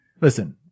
Listen